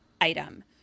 item